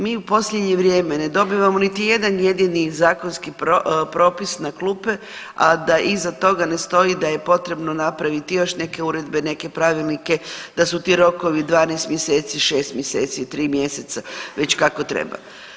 Mi u posljednje vrijeme ne dobivamo niti jedan jedini zakonski propis na klupe, a da iza toga ne stoji da je potrebno napraviti još neke uredbe, neke pravilnike, da su ti rokovi 12 mjeseci, 6 mjeseci, 3 mjeseca već kako treba.